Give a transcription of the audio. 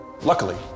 Luckily